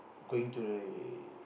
going to the